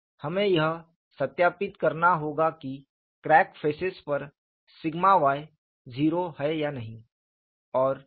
हमें यह सत्यापित करना होगा कि क्रैक फेसेस पर सिग्मा y 0 है या नहीं